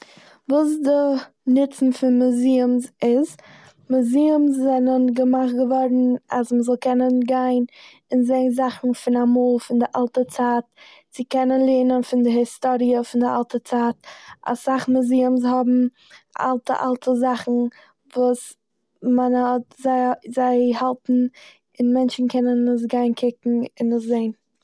וואס די נוצן פון מוזיומס איז. מוזיומס זענען געמאכט געמאכט געווארן אז מ'זאל קענען גיין און זעהן זאכן פון אמאל, פון די אלטע צייט צו קענען לערנען פון די היסטורי' פון די אלטע צייט. אסאך מאזיומס האבן אלטע אלטע זאכן וואס מען האט- ז- זיי האלטן און מענטשן קענען עס גיין קוקען און עס זעהן.